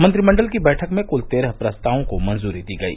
मंत्रिमंडल की बैठक में कल तेरह प्रस्तावों को मंजूरी दी गई